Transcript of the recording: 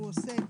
הוא עוסק